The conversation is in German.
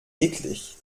eklig